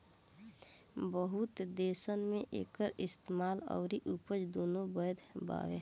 बहुत देसन मे एकर इस्तेमाल अउरी उपज दुनो बैध बावे